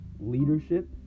leadership